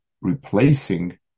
replacing